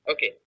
Okay